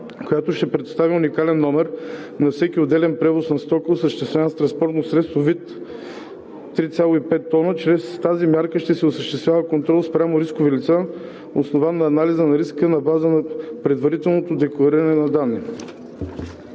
която ще предоставя уникален номер за всеки отделен превоз на стока, осъществяван с транспортно средство над 3,5 т. Чрез тази мярка ще се осъществява контрол спрямо рискови лица, основан на анализ на риска на база предварително декларирани данни.